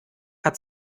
hat